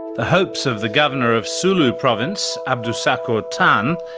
the hopes of the governor of sulu province, abdu sakwatan,